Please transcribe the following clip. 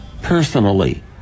personally